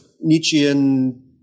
Nietzschean